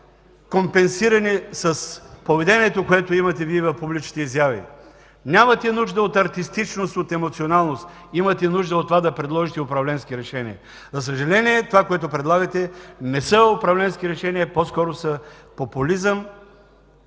компенсирани с поведението, което Вие имате в публичните изяви. Нямате нужда от артистичност, от емоционалност. Имате нужда от това да предложите управленски решения. За съжаление това, което предлагате, не са управленски решения, а по-скоро популизъм,